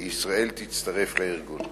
תצטרף ישראל לארגון.